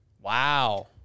Wow